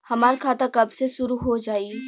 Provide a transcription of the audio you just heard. हमार खाता कब से शूरू हो जाई?